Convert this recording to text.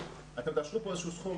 אתם תאשרו פה איזשהו סכום